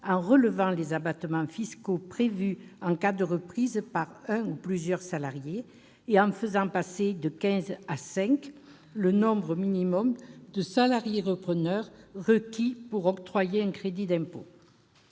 en relevant les abattements fiscaux prévus en cas de reprise par un ou plusieurs salariés et en réduisant de quinze à cinq le nombre minimum de salariés-repreneurs requis pour bénéficier d'un crédit d'impôt.